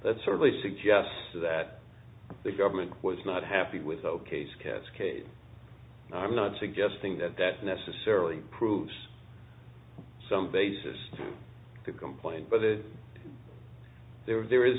that certainly suggests that the government was not happy with ok scats case i'm not suggesting that that's necessarily proves some basis to the complaint but it there was there is